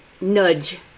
nudge